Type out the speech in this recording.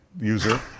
user